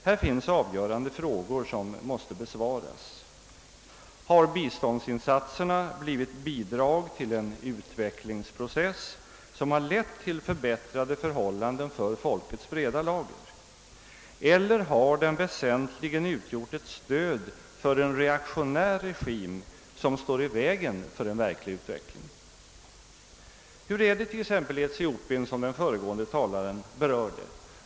Här finns avgörande frågor som måste besvaras: Har biståndsinsatserna blivit bidrag till en utvecklingsprocess, som lett till förbättrade förhållanden för folkets breda lager eller har de väsentligen utgjort ett stöd för en reaktionär regim som står i vägen för en verklig utveckling? Hur är det t.ex. i Etiopien, som föregående talare berörde?